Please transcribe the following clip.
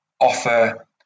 offer